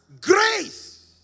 grace